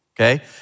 Okay